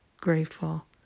grateful